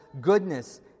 goodness